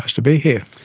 ah to be here.